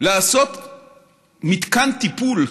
לעשות מתקן טיפול,